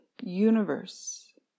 universe